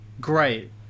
great